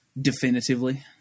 definitively